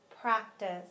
practice